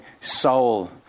soul